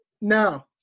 no